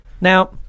Now